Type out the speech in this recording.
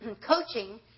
Coaching